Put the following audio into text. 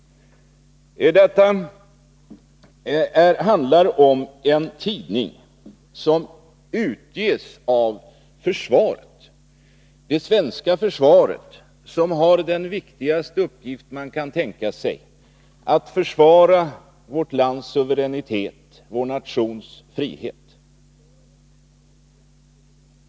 Det handlar om en tidning som utges av det svenska försvaret, som har den viktigaste uppgift man kan tänka sig — att försvara vårt lands suveränitet och vår nations frihet.